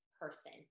person